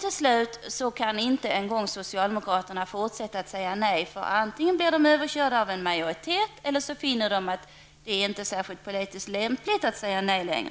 Till slut kan inte ens socialdemokraterna fortsätta att säga nej. Antingen blir de överkörda av en majoritet eller också finner de att det inte är särskilt lämpligt politiskt att fortsätta att säga nej.